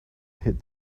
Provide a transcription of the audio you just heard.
hid